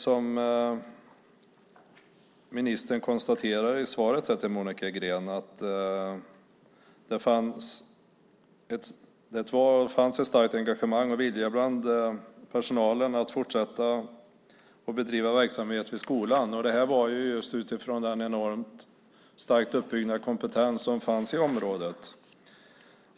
Som ministern konstaterar i svaret till Monica Green fanns det ett starkt engagemang och en stark vilja hos personalen att fortsätta att bedriva verksamhet vid skolan med den enormt starkt uppbyggda kompetens som fanns i området.